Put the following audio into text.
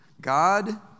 God